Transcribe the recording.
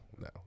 no